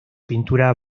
pintura